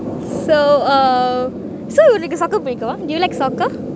so uh so உனக்கு:unakku soccer புடிக்கும்:pudikum do you like soccer